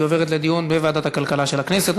והיא עוברת לדיון בוועדת הכלכלה של הכנסת.